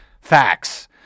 Facts